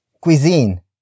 cuisine